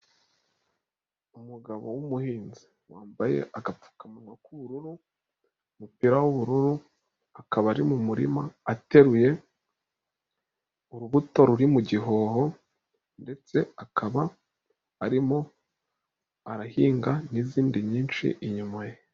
Umugabo w'umuhinzi yambaye agapfukamunwa k'ubururu, umupira w'ubururu, akaba ari mu murima ateruye urubuto ruri mu gihoho ndetse akaba arimo arahinga n'izindi nyinshi inyuma ye.